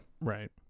right